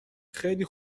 خیلی